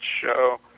show